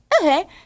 okay